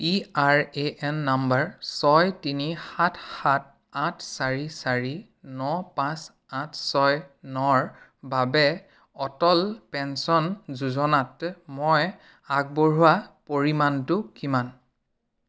P R A N number ছয় তিনি সাত সাত আঠ চাৰি চাৰি ন পাঁচ আঠ ছয় নৰ বাবে অটল পেঞ্চন যোজনাত মই আগবঢ়োৱা পৰিমাণটো কিমান